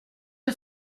que